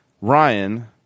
Ryan